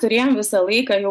turėjom visą laiką jau